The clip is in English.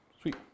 Sweet